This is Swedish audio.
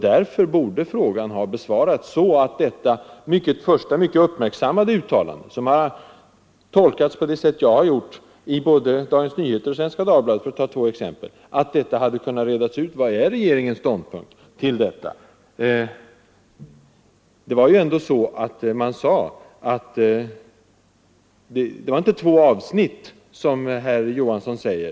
Därför borde frågan ha besvarats, så att det där första mycket uppmärksammade uttalandet — som tolkades på samma sätt som jag gjorde i både Dagens Nyheter och Svenska Dagbladet, för att här ta bara två exempel — hade kunnat redas ut. Frågan gällde ju vilken regeringens ståndpunkt var i detta fall. Det var inte två avsnitt, som herr Johansson säger.